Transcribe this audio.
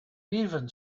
even